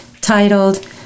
titled